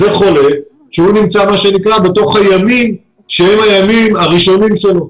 זה חולה שנמצא מה שנקרא בתוך הימים שהם הימים הראשונים שלו.